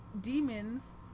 demons